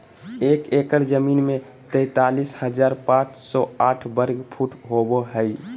एक एकड़ जमीन में तैंतालीस हजार पांच सौ साठ वर्ग फुट होबो हइ